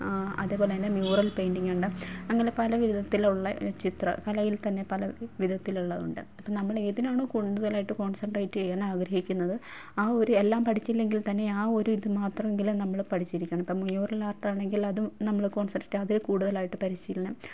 അതെപോലന്നെ mural പെയിൻടിങ്ങുണ്ട് അങ്ങനെ പലവിധത്തിലുള്ള ചിത്ര കലയിൽ തന്നെ പല വിധത്തിലുള്ളതൊണ്ട് അപ്പം നമ്മളേതിനാണൊ കൂടുതലായിട്ട് കോൺസെൻട്രേറ്റ് ചെയ്യാൻ ആഗ്രഹിക്കുന്നത് ആ ഒരു എല്ലാം പഠിച്ചില്ലെങ്കിൽ തന്നെ ആ ഒരു ഇത് മാത്രം എങ്കിലും നമ്മൾ പഠിച്ചിരിക്കണം ഇപ്പോൾ മ്യൂറലാർട്ടാണെങ്കിലതും നമ്മൾ കോൺസെൻട്രേറ്റത് അത് കൂട്തലായിട്ട് പരിശീലനം